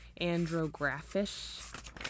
andrographis